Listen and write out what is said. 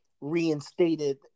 Reinstated